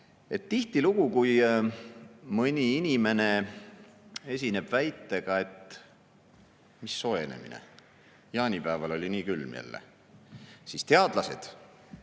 Tihtilugu, kui mõni inimene esineb väitega, et mis soojenemine, jaanipäeval oli nii külm jälle, siis teadlased